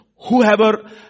Whoever